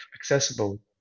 accessible